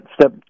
step